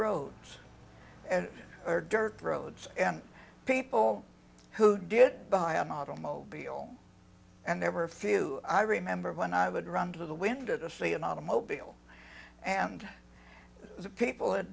roads and or dirt roads and people who did buy an automobile and there were a few i remember when i would run to the window to see an automobile and the people that